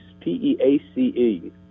P-E-A-C-E